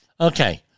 Okay